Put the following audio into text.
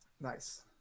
Nice